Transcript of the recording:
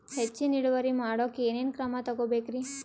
ಹೆಚ್ಚಿನ್ ಇಳುವರಿ ಮಾಡೋಕ್ ಏನ್ ಏನ್ ಕ್ರಮ ತೇಗೋಬೇಕ್ರಿ?